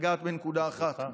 לגעת בנקודה אחת.